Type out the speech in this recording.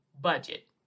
budget